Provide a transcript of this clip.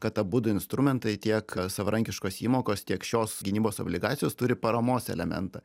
kad abudu instrumentai tiek savarankiškos įmokos tiek šios gynybos obligacijos turi paramos elementą